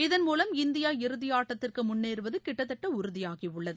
இதன்மூலம் இந்தியா இறுதியாட்டத்திற்கு முன்னேறுவது கிட்டத்தட்ட உறுதியாகியுள்ளது